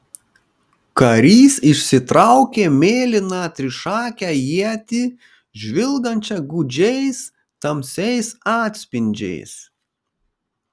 karys išsitraukė mėlyną trišakę ietį žvilgančią gūdžiais tamsiais atspindžiais